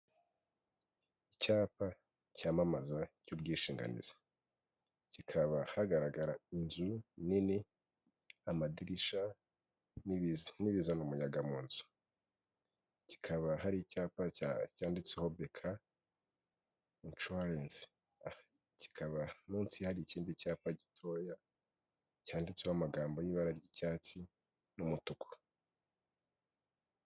Icyapa cyamamaza cy'ubwishinganizi. Kikaba hagaragara inzu nini, amadirisha n'ibiza n'ibizana umuyaga mu nzu. Kikaba hari icyapa cyanditseho beka inshuwarensi .Kikaba munsi hari ikindi cyapa gitoya cyanditseho amagambo y'ibara ry'icyatsi n'umutuku.